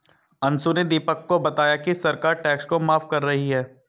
अंशु ने दीपक को बताया कि सरकार टैक्स को माफ कर रही है